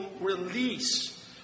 release